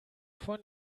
von